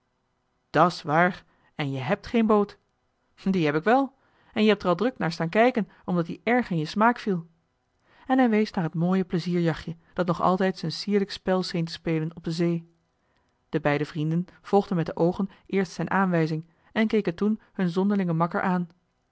dragen dàt's waar en je hèbt geen boot die heb ik wel en je hebt er al druk naar staan kijken omdat ie erg in je smaak viel joh h been paddeltje de scheepsjongen van michiel de ruijter en hij wees naar het mooie plezierjachtje dat nog altijd z'n sierlijk spel scheen te spelen op de zee de beide vrienden volgden met de oogen eerst zijn aanwijzing en keken toen hun zonderlingen makker aan